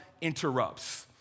Interrupts